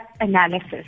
Analysis